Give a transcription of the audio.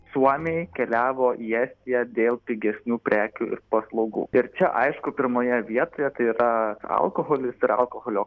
suomiai keliavo į estiją dėl pigesnių prekių ir paslaugų ir čia aišku pirmoje vietoje tai yra alkoholis ir alkoholio